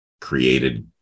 created